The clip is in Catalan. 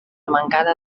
mancada